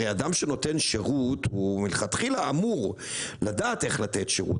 הרי אדם שנותן שירות הוא מלכתחילה אמור לדעת איך לתת שירות.